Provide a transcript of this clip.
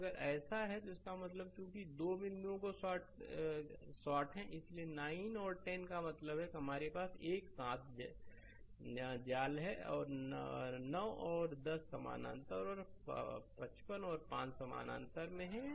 तो अगर ऐसा है इसका मतलब है चूंकि ये दो बिंदु शॉर्ट हैं इसलिए 9 और 10 का मतलब है कि हमारे पास एक साथ जाल है 9 और 10 समानांतर और 55 और 5 समानांतर में हैं